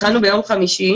התחלנו ביום חמישי